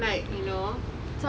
like you know